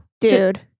dude